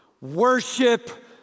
Worship